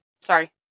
sorry